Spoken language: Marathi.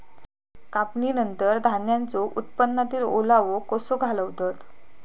कापणीनंतर धान्यांचो उत्पादनातील ओलावो कसो घालवतत?